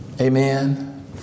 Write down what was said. Amen